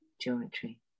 geometry